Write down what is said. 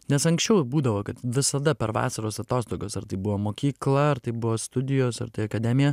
nes anksčiau būdavo kad visada per vasaros atostogas ar tai buvo mokykla ar tai buvo studijos ar tai akademija